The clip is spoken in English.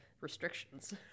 restrictions